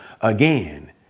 again